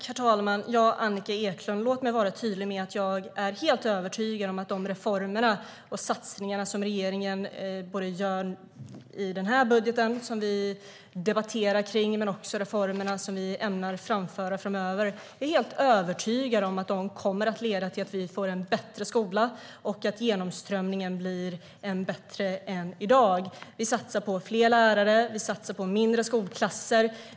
Herr talman! Jag är helt övertygad om att de reformer och satsningar som regeringen gör i denna budget och ämnar göra framöver kommer att leda till att Sverige får en bättre skola och att genomströmningen blir bättre än i dag. Vi satsar på fler lärare och mindre skolklasser.